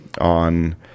on